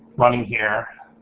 running here.